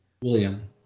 William